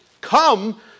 come